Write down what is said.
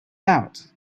out